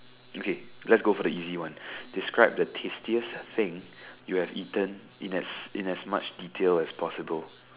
okay let's go for the easy one describe the tastiest thing you have eaten in as in as much details as possible